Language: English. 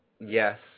yes